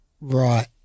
right